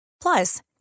Plus